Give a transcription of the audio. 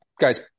guys